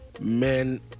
men